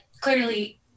clearly